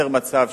לייצר מצב